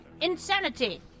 Insanity